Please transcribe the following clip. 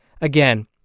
again